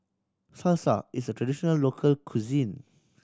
salsa is a traditional local cuisine